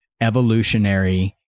evolutionary